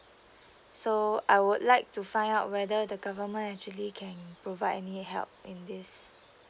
so I would like to find out whether the government actually can provide any help in this